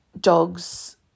dogs